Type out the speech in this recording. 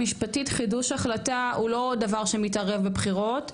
משפטית חידוש החלטה הוא לא דבר שמתערב בבחירות,